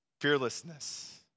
fearlessness